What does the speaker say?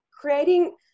creating